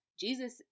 Jesus